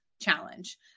challenge